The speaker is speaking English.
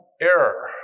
error